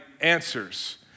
answers